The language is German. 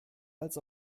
als